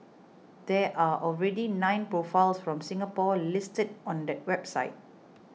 there are already nine profiles from Singapore listed on that website